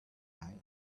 alumni